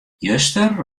juster